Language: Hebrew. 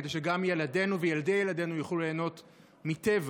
כדי שגם ילדינו וילדי-ילדינו יוכלו ליהנות מטבע.